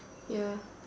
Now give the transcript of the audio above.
ya